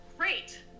Great